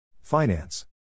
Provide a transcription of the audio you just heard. Finance